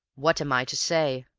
what am i to say?